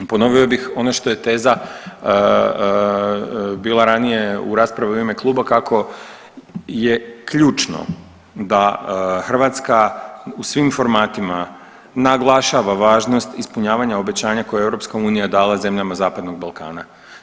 Ponovio bih ono što je teza bila ranije u raspravi u ime kluba kako je ključno da Hrvatska u svim formatima naglašava važnost ispunjavanja obećanja koje je EU dala zemljama Zapadnog Balkana.